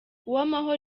uwamahoro